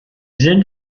sind